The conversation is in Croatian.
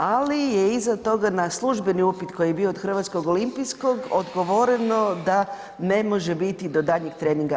Ali je iza toga na službeni upit koji je od hrvatskog olimpijskog odgovoreno da ne može biti do daljnjeg treninga.